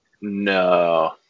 No